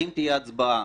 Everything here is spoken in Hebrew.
האם תהיה הצבעה?